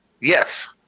Yes